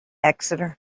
exeter